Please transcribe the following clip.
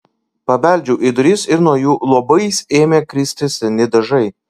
pabeldžiau į duris ir nuo jų luobais ėmė kristi seni dažai